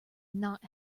not